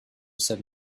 said